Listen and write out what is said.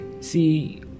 See